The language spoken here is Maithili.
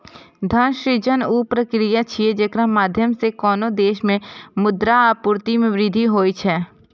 धन सृजन ऊ प्रक्रिया छियै, जेकरा माध्यम सं कोनो देश मे मुद्रा आपूर्ति मे वृद्धि होइ छै